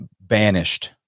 banished